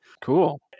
Cool